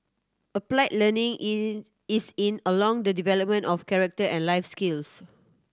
applied learning in is in along the development of character and life skills